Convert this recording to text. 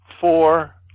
four